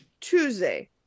Tuesday